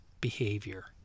behavior